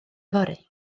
fory